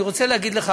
אני רוצה להגיד לך,